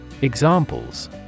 Examples